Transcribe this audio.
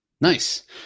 Nice